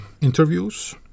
interviews